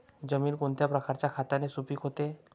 जमीन कोणत्या प्रकारच्या खताने सुपिक होते?